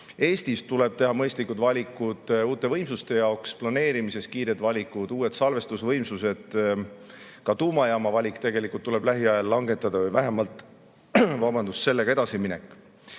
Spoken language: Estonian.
Eestis tuleb teha mõistlikud valikud uute võimsuste jaoks, planeerimises kiired valikud, uued salvestusvõimsused. Ka tuumajaama valik tegelikult tuleb lähiajal langetada või vähemalt sellega edasi minna.